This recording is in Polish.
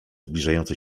zbliżający